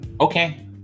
Okay